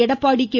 Edappadi K